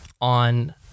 on